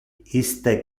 iste